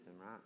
right